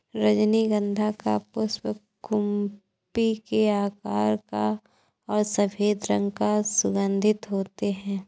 रजनीगंधा का पुष्प कुप्पी के आकार का और सफेद रंग का सुगन्धित होते हैं